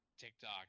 tiktok